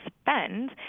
spend